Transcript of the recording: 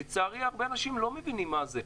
לצערי, הרבה אנשים לא מבינים מה זה.